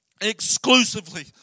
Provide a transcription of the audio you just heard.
exclusively